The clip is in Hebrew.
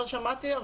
לא שמעתי,